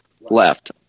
left